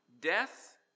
Death